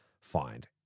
find